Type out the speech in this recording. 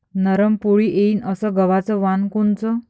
नरम पोळी येईन अस गवाचं वान कोनचं?